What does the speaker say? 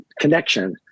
connection